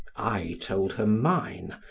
i told her mine,